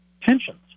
pensions